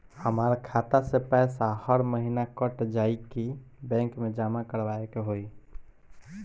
हमार खाता से पैसा हर महीना कट जायी की बैंक मे जमा करवाए के होई?